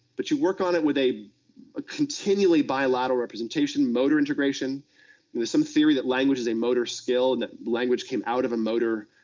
but you work on it with a a continually bilateral representation, motor integration. thereis some theory that language is a motor skill, and that language came out of a motor,